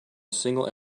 single